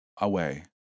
away